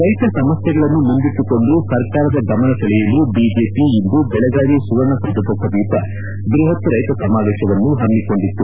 ರೈತ ಸಮಸ್ಥೆಗಳನ್ನು ಮುಂದಿಟ್ಟುಕೊಂಡು ಸರ್ಕಾರದ ಗಮನ ಸೆಳೆಯಲು ಬಿಜೆಪಿ ಇಂದು ಬೆಳಗಾವಿ ಸುವರ್ಣ ಸೌಧದ ಸಮೀಪ ಬೃಹತ್ ರೈತ ಸಮಾವೇಶವನ್ನು ಹಮ್ಗಿಕೊಂಡಿತು